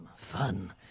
Fun